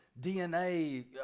DNA